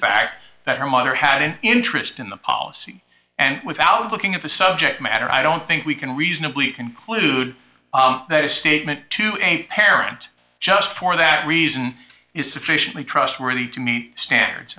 fact that her mother had an interest in the policy and without looking at the subject matter i don't think we can reasonably conclude that a statement to a parent just for that reason is sufficiently trustworthy to meet standards